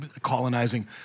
colonizing